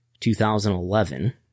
2011